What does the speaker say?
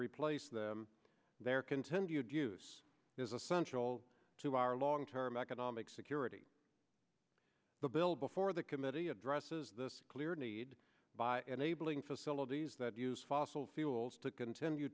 replace them their continued use is essential to our long term economic security the bill before the committee addresses this clear need by enabling facilities that use fossil fuels to continue